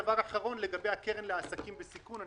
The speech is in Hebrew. דבר אחרון הוא לגבי הקרן לעסקים בסיכון.